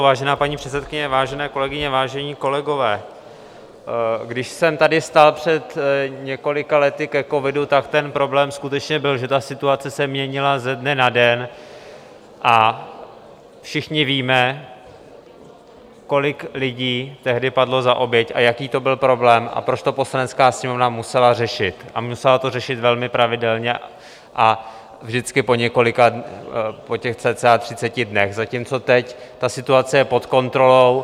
Vážená paní předsedkyně, vážené kolegyně, vážení kolegové, když jsem tady stál před několika lety ke covidu, tak ten problém skutečně byl, že ta situace se měnila ze dne na den, a všichni víme, kolik lidí tehdy padlo za oběť a jaký to byl problém a proč to Poslanecká sněmovna musela řešit, a musela to řešit velmi pravidelně a vždycky po těch cirka 30 dnech, zatímco teď ta situace je pod kontrolou.